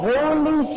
Holy